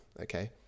okay